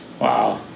wow